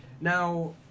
Now